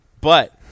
But-